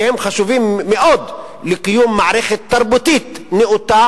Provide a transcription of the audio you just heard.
שהם חשובים מאוד לקיום מערכת תרבותית נאותה